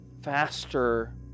faster